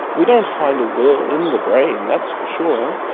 we don't find a will in the brain, that's for sure.